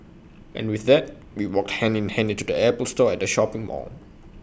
and with that we walked hand in hand into the Apple store at the shopping mall